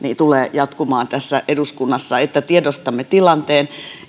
tulee jatkumaan tässä eduskunnassa että tiedostamme tilanteen